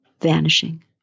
vanishing